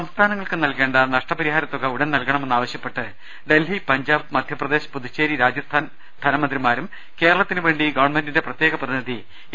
സംസ്ഥാനങ്ങൾക്ക് നൽകേണ്ട നഷ്ടപരിഹാരത്തുക ഉടൻ നൽകണമെന്ന് ആവശ്യപ്പെട്ട് ഡൽഹി പഞ്ചാബ് മധ്യപ്രദേശ് പുതുച്ചേരി രാജസ്ഥാൻ മന്ത്രിമാരും കേരളത്തിനുവേണ്ടി ഗവൺമെന്റിന്റെ പ്രത്യേക പ്രതിനിധി എ